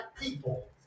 people